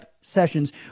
Sessions